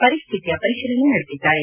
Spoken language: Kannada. ಪರಿಸ್ವಿತಿಯ ಪರಿಶೀಲನೆ ನಡೆಸಿದ್ದಾರೆ